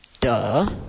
duh